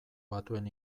batuen